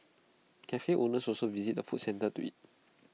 Cafe owners also visit the food centre to eat